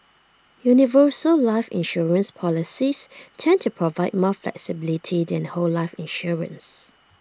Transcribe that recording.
universal life insurance policies tend to provide more flexibility than whole life insurance